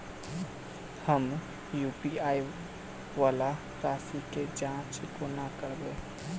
हम यु.पी.आई वला राशि केँ जाँच कोना करबै?